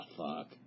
fuck